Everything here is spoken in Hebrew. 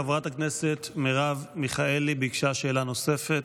חברת הכנסת מרב מיכאלי ביקשה שאלה נוספת.